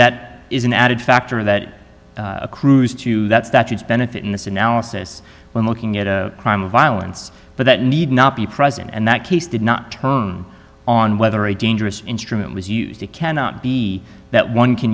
that is an added factor that accrues to that's that huge benefit in this analysis when looking at a crime of violence but that need not be present and that case did not turn on whether a dangerous instrument was used it cannot be that one can